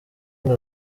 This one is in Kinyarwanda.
ngo